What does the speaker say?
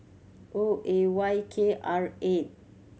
O A Y K R eight